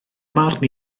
marn